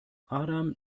adam